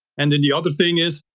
and then the other thing is,